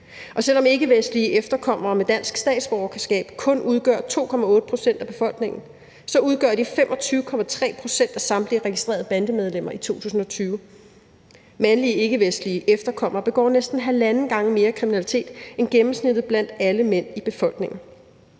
Selv om ikkevestlige efterkommere med dansk statsborgerskab kun udgør 2,8 pct. af befolkningen, udgør de 25,3 pct. af samtlige registrerede bandemedlemmer i 2020. Mandlige ikkevestlige efterkommere begår næsten halvanden gang mere kriminalitet end gennemsnittet blandt alle mænd i befolkningen